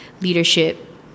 leadership